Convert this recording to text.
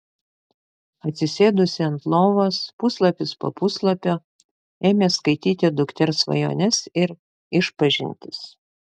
atsisėdusi ant lovos puslapis po puslapio ėmė skaityti dukters svajones ir išpažintis